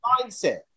mindset